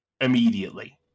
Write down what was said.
immediately